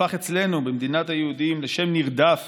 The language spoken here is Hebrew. הפך אצלנו, במדינת היהודים, לשם נרדף